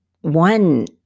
one